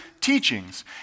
teachings